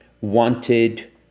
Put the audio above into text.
wanted